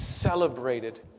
celebrated